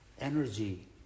energy